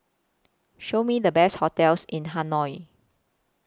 Show Me The Best hotels in Hanoi